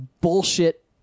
bullshit